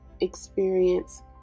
experience